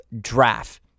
draft